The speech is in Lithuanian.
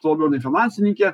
tuo labiau jinai finansininkė